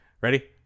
Ready